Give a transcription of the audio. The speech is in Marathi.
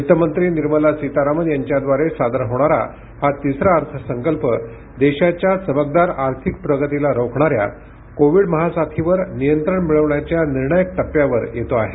वित्तमंत्री निर्मला सीतारामन यांच्याद्वारे सादर होणारा हा तिसरा अर्थसंकल्प देशाच्या चमकदार आर्थिक प्रगतीला रोखणाऱ्या कोविड महासाथीवर नियंत्रण मिळवण्याच्या निर्णायक टप्प्यावर येतो आहे